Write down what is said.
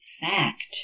fact